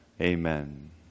Amen